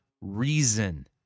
reason